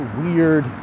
weird